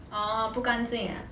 orh 不干净